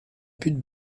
butte